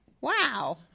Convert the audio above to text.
Wow